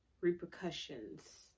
repercussions